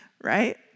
Right